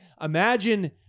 imagine